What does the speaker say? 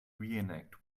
reenact